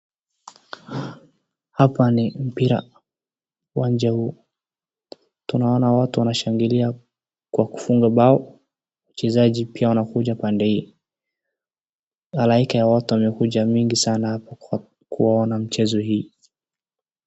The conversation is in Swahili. Hapa ni mpira. Uwanja huu tunaona watu wanashangilia kwa kufunga bao, wachezaji pia wanakuja pande hii. Halaika ya watu wamekuja mingi sana kwa kuwaona mchezo hii.